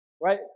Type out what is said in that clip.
right